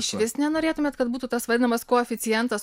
išvis nenorėtumėt kad būtų tas vadinamas koeficientas